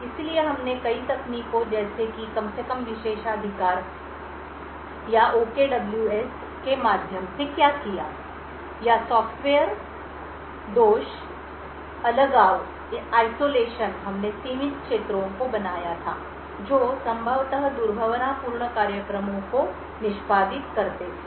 इसलिए हमने कई तकनीकों जैसे कि कम से कम विशेषाधिकार या OKWS के माध्यम से क्या किया या सॉफ्टवेयर दोष अलगाव हमने सीमित क्षेत्रों को बनाया था जो संभवतः दुर्भावनापूर्ण कार्यक्रमों को निष्पादित करते थे